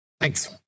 Thanks